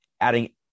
adding